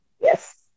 Yes